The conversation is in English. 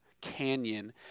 canyon